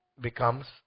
becomes